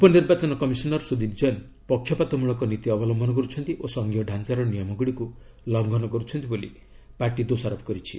ଉପନିର୍ବାଚନ କମିଶନର ସୁଦୀପ କ୍ଜୈନ ପକ୍ଷପାତମୂଳକ ନୀତି ଅବଲମ୍ଭନ କରୁଛନ୍ତି ଓ ସଂଘୀୟ ଡ଼ାଞ୍ଚାର ନିୟମଗୁଡ଼ିକୁ ଲଂଘନ କରୁଛନ୍ତି ବୋଲି ପାର୍ଟି ଦୋଷାରୋପ କରିଛି